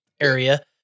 area